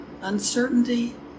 uncertainty